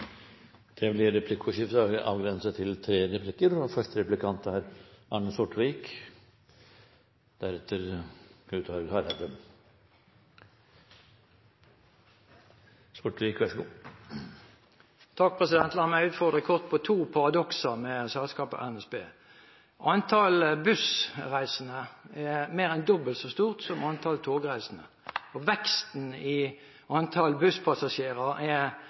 Det blir replikkordskifte. La meg utfordre kort med å nevne to paradokser knyttet til selskapet NSB. Antall bussreisende er mer enn dobbelt så stort som antall togreisende, og veksten i antall busspassasjerer er